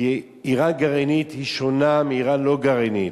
כי אירן גרעינית היא שונה מאירן לא גרעינית,